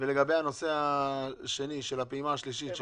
ולגבי הנושא השני, על הפעימה השלישית?